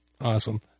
Awesome